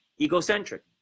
egocentric